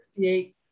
1968